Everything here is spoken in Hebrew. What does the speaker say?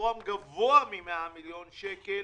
שמחזורם גבוה מ-100 מיליון שקל,